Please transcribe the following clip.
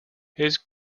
his